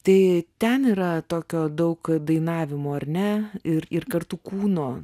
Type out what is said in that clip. tai ten yra tokio daug dainavimo ar ne ir ir kartu kūno